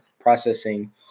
processing